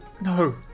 No